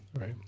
right